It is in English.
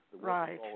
Right